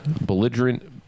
belligerent